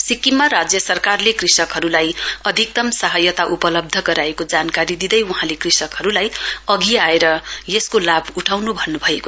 सिक्किममा राज्य सरकारले कृषकहरूलाई अधिकतम सहायता उपलब्ध गराएको जानकारी दिँदै वहाँले कृषकहरूलाई अघि आएर यसको लाभ उठाउनु भन्नुभयो